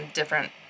different